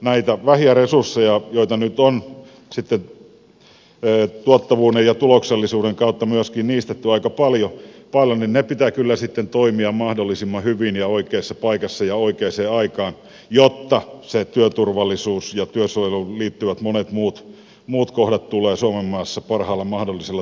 näiden vähien resurssien joita nyt on sitten tuottavuuden ja tuloksellisuuden kautta myöskin niistetty aika paljon pitää kyllä sitten toimia mahdollisimman hyvin ja oikeassa paikassa ja oikeaan aikaan jotta se työturvallisuus ja työsuojeluun liittyvät monet muut kohdat tulevat suomenmaassa parhaalla mahdollisella tavalla hoidettua